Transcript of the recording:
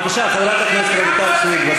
בבקשה, חברת הכנסת רויטל סויד.